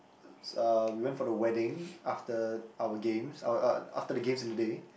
uh we went for the wedding after our games our uh after the games in the day